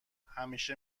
همیشه